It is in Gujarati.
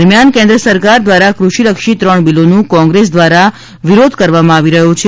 દરમિયાન કેન્ન્ય સરકાર દ્વારા ક્રષિલક્ષી ત્રણ બિલીનું કોંગ્રેસ દ્વારા વિરોધ કરવામાં આવી રહ્યું છે